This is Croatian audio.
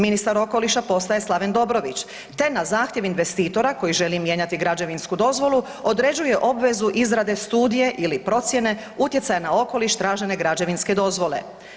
Ministar okoliša postaje Slaven Dobrović, te na zahtjev investitora koji želi mijenjati građevinsku dozvolu određuje obvezu izrade studije ili procijene utjecaja na okoliš tražene građevinske dozvole.